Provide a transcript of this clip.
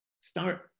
start